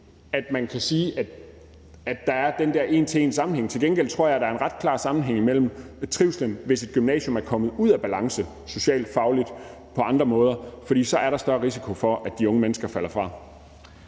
at man kan sige, at der er den der en til en-sammenhæng. Til gengæld tror jeg, at der er en ret klar sammenhæng i forhold til trivslen, hvis et gymnasium er kommet ud af balance socialt og fagligt og på andre måder, for så er der større risiko for, at de unge mennesker falder fra.